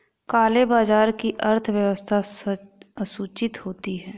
काले बाजार की अर्थव्यवस्था असूचित होती है